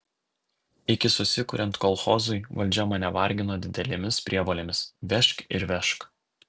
iki susikuriant kolchozui valdžia mane vargino didelėmis prievolėmis vežk ir vežk